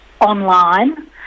online